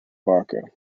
barker